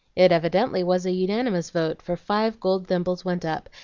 it evidently was a unanimous vote, for five gold thimbles went up,